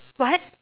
what